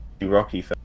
Rocky